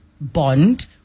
bond